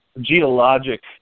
geologic